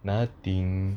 nothing